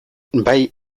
bai